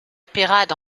peyrade